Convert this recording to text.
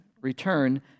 return